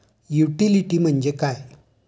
Utility म्हणजे काय?